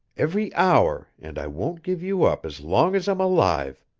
every hour, and i won't give you up as long as i'm alive.